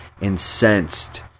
incensed